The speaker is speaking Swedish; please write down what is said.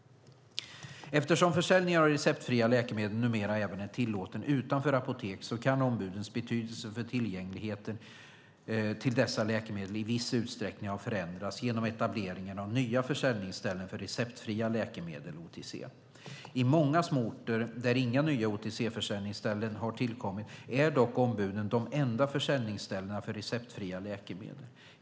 Eftersom försäljning av receptfria läkemedel numera är tillåten även utanför apoteken kan ombudens betydelse för tillgängligheten till dessa läkemedel i viss utsträckning ha förändrats genom etableringen av nya försäljningsställen för receptfria läkemedel, OTC. I många små orter, där inga nya OTC-försäljningsställen har tillkommit, är dock ombuden de enda försäljningsställena för receptfria läkemedel.